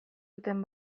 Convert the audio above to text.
zuten